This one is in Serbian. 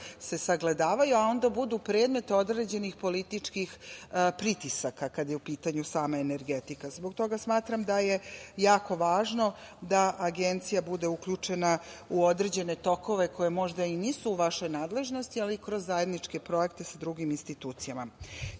se sagledavaju, a onda budu predmet određenih političkih pritisaka, kada je u pitanju sama energetika. Zbog toga smatram da je jako važno da Agencija bude uključena u određene tokove koji možda i nisu u vašoj nadležnosti, ali kroz zajedničke projekte sa drugim institucijama. Kada